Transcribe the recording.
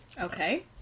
Okay